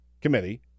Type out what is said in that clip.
committee